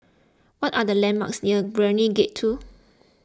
what are the landmarks near Brani Gate two